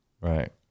Right